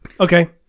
Okay